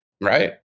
Right